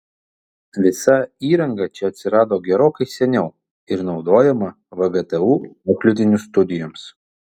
visa įranga čia atsirado gerokai seniau ir naudojama vgtu auklėtinių studijoms